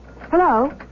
Hello